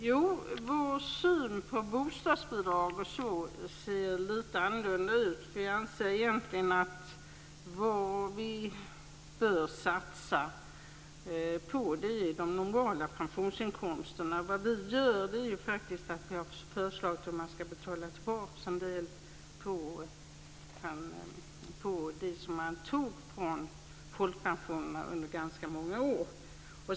Fru talman! Vår syn på bostadsbidrag och sådant ser lite annorlunda ut. Jag anser egentligen att vi bör satsa på de normala pensionsinkomsterna. Vi har förslagit att man ska betala tillbaka en del av det som man tog från folkpensionerna under ganska många år.